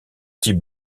type